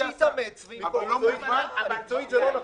שיתאמץ ו- -- מקצועית זה לא נכון,